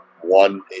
One